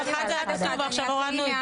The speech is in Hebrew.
הורדנו את